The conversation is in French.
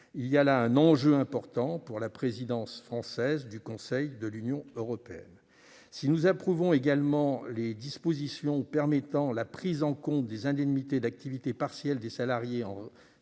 Il y a là un enjeu important pour la présidence française du Conseil de l'Union européenne. Si nous approuvons également les dispositions permettant de prendre en compte les indemnités perçues en cas d'activité partielle par les marins